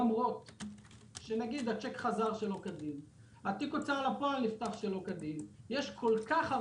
למרות שאולי הצ'ק חזר שלא כדין או תיק ההוצאה לפועל נפתח שלא כדין.